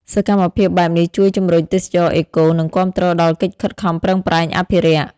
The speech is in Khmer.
សកម្មភាពបែបនេះជួយជំរុញទេសចរណ៍អេកូ និងគាំទ្រដល់កិច្ចខិតខំប្រឹងប្រែងអភិរក្ស។